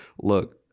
look